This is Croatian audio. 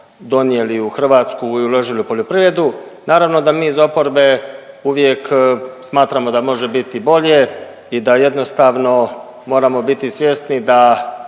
donijeli u Hrvatsku i uložili u poljoprivredu. Naravno da mi iz oporbe uvijek smatramo da može biti bolje i da jednostavno moramo biti svjesni da